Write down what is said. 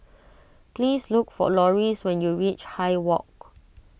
please look for Loris when you reach high Walk